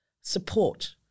support